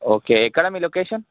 okay ఎక్కడ మీ location